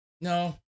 No